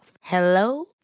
Hello